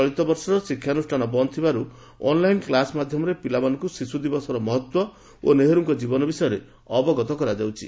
ଚଳିତବର୍ଷ ଶିକ୍ଷାନୁଷ୍ଠାନ ବନ୍ଦ ଥିବାରୁ ଅନ୍ଲାଇନ୍ କ୍ଲାସ ମାଧ୍ଧମରେ ପିଲାମାନଙ୍କୁ ଶିଶୁଦିବସର ମହତ୍ତ୍ ଓ ନେହେରୁଙ୍କ ଜୀବନୀ ବିଷୟରେ ଅବଗତ କରାଯାଉଛି